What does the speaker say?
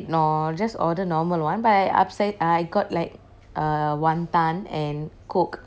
ignore just order normal one by upsize I got like a wanton and coke